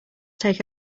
take